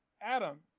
Adam